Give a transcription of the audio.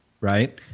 right